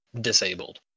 disabled